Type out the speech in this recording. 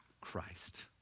Christ